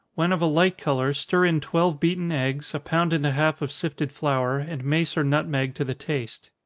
when of a light color, stir in twelve beaten eggs, a pound and a half of sifted flour, and mace or nutmeg to the taste.